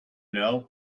know